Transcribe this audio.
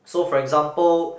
so for example